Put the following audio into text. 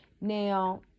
Now